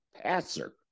passer